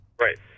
right